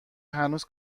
هنوز